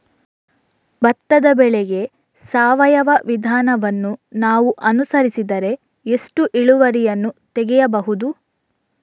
ಭತ್ತದ ಬೆಳೆಗೆ ಸಾವಯವ ವಿಧಾನವನ್ನು ನಾವು ಅನುಸರಿಸಿದರೆ ಎಷ್ಟು ಇಳುವರಿಯನ್ನು ತೆಗೆಯಬಹುದು?